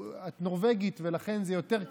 את נורבגית, ולכן זה יותר קשה.